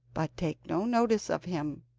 but take no notice of him.